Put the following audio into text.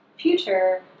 future